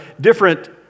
different